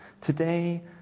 today